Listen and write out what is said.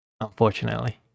Unfortunately